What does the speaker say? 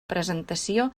presentació